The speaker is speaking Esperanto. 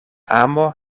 amo